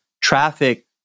traffic